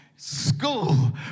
school